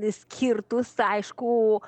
skirtus aišku